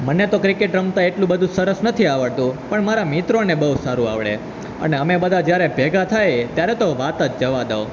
મને તો ક્રિકેટ રમતા એટલું બધું સરસ નથી આવડતું પણ મારા મિત્રોને બહુ સારું આવડે અને અમે બધાં જ્યારે ભેગાં થઈએ ત્યારે તો વાત જ જવા દો